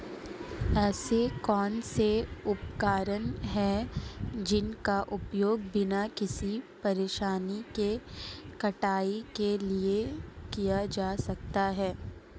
ऐसे कौनसे उपकरण हैं जिनका उपयोग बिना किसी परेशानी के कटाई के लिए किया जा सकता है?